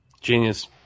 genius